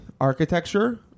Architecture